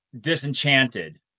disenchanted